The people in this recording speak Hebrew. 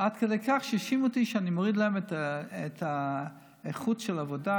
עד כדי כך שהאשימו אותי שאני מוריד להם את איכות העבודה,